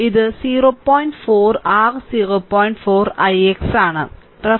അതിനാൽ ഇത് 0